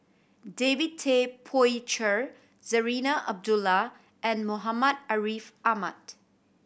David Tay Poey Cher Zarinah Abdullah and Muhammad Ariff Ahmad